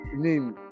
name